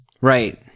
Right